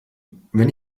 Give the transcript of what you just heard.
wenn